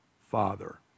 Father